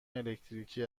الکتریکی